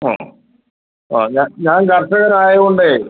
ആ ആ ഞാൻ ഞാൻ കർഷകൻ ആയ കൊണ്ട